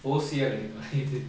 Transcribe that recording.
ஓசியா இருக்குது:osiya irukkuthu is it